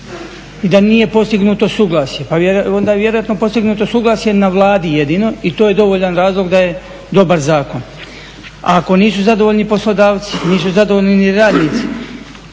Da nije postignuto suglasje, pa onda je vjerojatno postignuto suglasje na Vladi jedino i to je dovoljan razlog da je dobar zakon. Ako nisu zadovoljni poslodavci, nisu zadovoljni ni radnici,